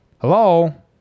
hello